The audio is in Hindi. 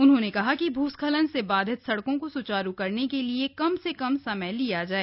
उन्होंने कहा कि भूस्खलन से बाधित सड़कों को सुचारू करने के लिए कम से कम समय लिया जाय